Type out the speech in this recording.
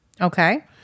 Okay